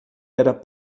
era